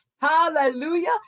Hallelujah